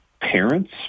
parents